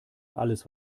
alles